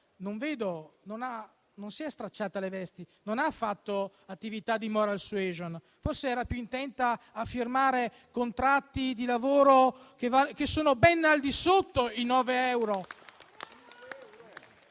non si è stracciata le vesti, non ha fatto attività di *moral suasion*. Forse era più intenta a firmare contratti di lavoro che sono ben al di sotto i 9 euro,